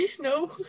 No